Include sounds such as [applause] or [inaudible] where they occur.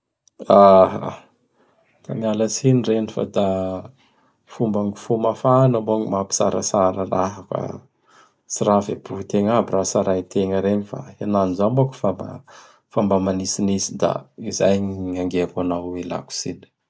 [hesitation] Da mialatsiny reno fa da fomba gn fo mafana moa gn mampitsaratsara raha ka [noise] tsy ra avy am-potegna aby ra tsaraitegna regny fa henany zao moa k fa- mba- [noise] fa mba manitsinitsy da izay gny engeko anao io hialako tsiny.